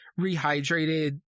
rehydrated